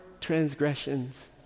transgressions